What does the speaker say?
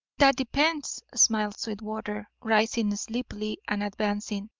that depends, smiled sweetwater, rising sleepily and advancing.